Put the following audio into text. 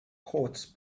courts